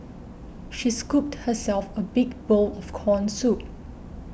she scooped herself a big bowl of Corn Soup